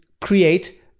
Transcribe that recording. create